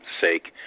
sake